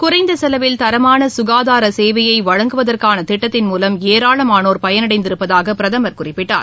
குறைந்த செலவில் தரமான சுகாதாரசேவையை வழங்குவதற்கான திட்டத்தின் மூலம் ஏராளமானோர் பயனடைந்திருப்பதாக பிரதமர் குறிப்பிட்டார்